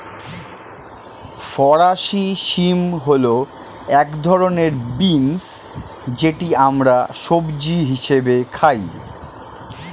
ফরাসি শিম হল এক ধরনের বিন্স যেটি আমরা সবজি হিসেবে খাই